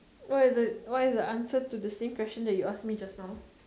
why is the why is the answer to same question that you ask me just now